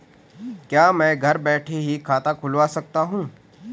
क्या मैं घर बैठे ही खाता खुलवा सकता हूँ?